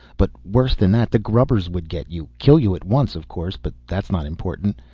but worse than that the grubbers would get you. kill you at once, of course, but that's not important.